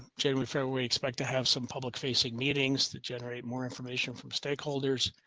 january february, expect to have some public facing meetings to generate more information from stakeholders.